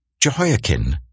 Jehoiakin